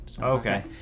Okay